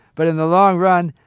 but in the long run,